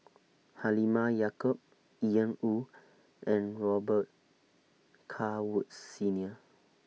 Halimah Yacob Ian Woo and Robet Carr Woods Senior